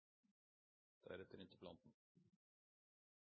er det informativt i den